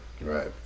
Right